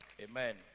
amen